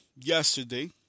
yesterday